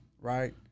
Right